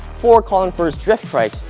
four colin first drift strikes,